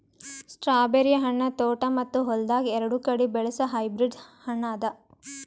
strawberry ಹಣ್ಣ ತೋಟ ಮತ್ತ ಹೊಲ್ದಾಗ್ ಎರಡು ಕಡಿ ಬೆಳಸ್ ಹೈಬ್ರಿಡ್ ಹಣ್ಣ ಅದಾ